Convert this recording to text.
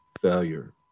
failure